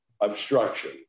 obstruction